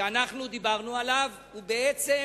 שדיברנו עליו, ובעצם,